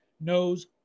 knows